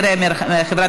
36 חברי